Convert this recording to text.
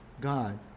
God